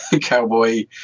cowboy